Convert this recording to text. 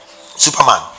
Superman